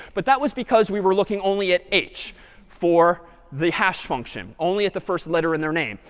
but that was because we were looking only at h for the hash function, only at the first letter in their name.